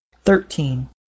Thirteen